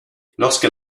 lorsque